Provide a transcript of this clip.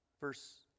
Verse